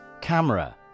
Camera